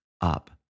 up